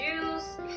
juice